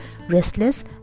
restless